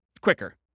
quicker